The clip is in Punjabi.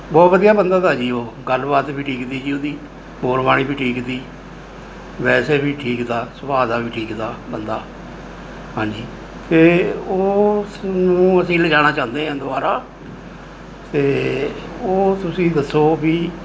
ਬਹੁਤ ਵਧੀਆ ਬੰਦਾ ਤਾ ਜੀ ਉਹ ਗੱਲਬਾਤ ਵੀ ਠੀਕ ਤੀ ਜੀ ਉਹਦੀ ਬੋਲ ਬਾਣੀ ਵੀ ਠੀਕ ਤੀ ਵੈਸੇ ਵੀ ਠੀਕ ਤਾ ਸੁਭਾਅ ਦਾ ਵੀ ਠੀਕ ਤਾ ਬੰਦਾ ਹਾਂਜੀ ਅਤੇ ਉਸ ਨੂੰ ਅਸੀਂ ਲੈ ਜਾਣਾ ਚਾਹੁੰਦੇ ਹਾਂ ਦੁਬਾਰਾ ਅਤੇ ਉਹ ਤੁਸੀਂ ਦੱਸੋ ਵੀ